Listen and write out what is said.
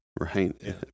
right